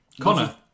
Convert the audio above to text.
Connor